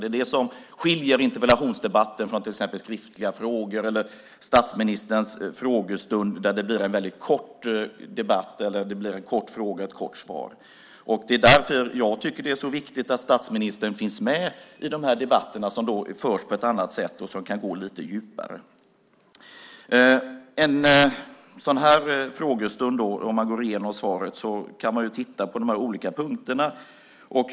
Det är det som skiljer interpellationsdebatter från till exempel skriftliga frågor eller statsministerns frågestund där det blir en väldigt kort fråga och ett kort svar. Det är därför jag tycker att det är så viktigt att statsministern finns med i de här debatterna som förs på ett annat sätt och kan gå lite djupare. Man kan titta på de olika punkterna i svaret.